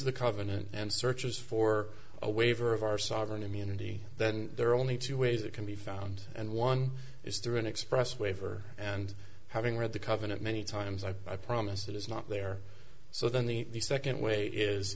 the covenant and searches for a waiver of our sovereign immunity then there are only two ways that can be found and one is through an express waiver and having read the covenant many times i promise it is not there so then the second way is